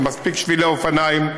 עם מספיק שבילי אופניים,